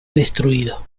destruido